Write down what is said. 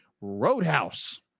Roadhouse